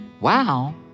Wow